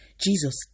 Jesus